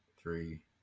three